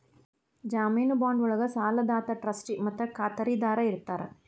ಜಾಮೇನು ಬಾಂಡ್ ಒಳ್ಗ ಸಾಲದಾತ ಟ್ರಸ್ಟಿ ಮತ್ತ ಖಾತರಿದಾರ ಇರ್ತಾರ